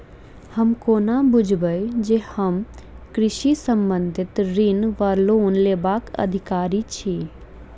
हम कोना बुझबै जे हम कृषि संबंधित ऋण वा लोन लेबाक अधिकारी छी?